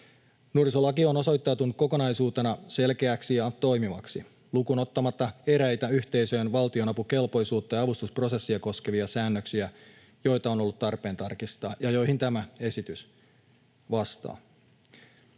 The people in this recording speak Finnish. Nuorisolaki on osoittautunut kokonaisuutena selkeäksi ja toimivaksi, lukuun ottamatta eräitä yhteisöjen valtionapukelpoisuutta ja avustusprosessia koskevia säännöksiä, joita on ollut tarpeen tarkistaa ja joihin tämä esitys vastaa.